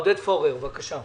עודד פורר, בבקשה.